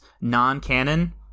non-canon